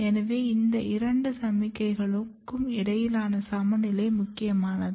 எனவே இந்த இரண்டு சமிக்ஞைகளுக்கும் இடையிலான சமநிலை முக்கியமானது